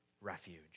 refuge